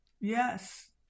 Yes